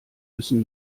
müssen